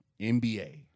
NBA